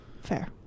Fair